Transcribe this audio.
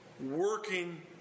working